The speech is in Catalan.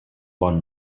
bon